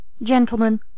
gentlemen